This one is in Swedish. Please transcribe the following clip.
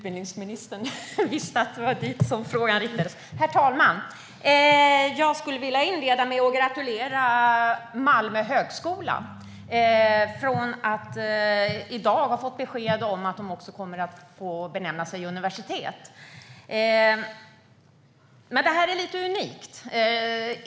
Herr talman! Jag vill inleda med att gratulera Malmö högskola till att i dag ha fått besked om att man också får benämna sig universitet. Detta är unikt.